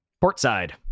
Portside